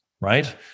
right